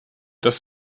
dass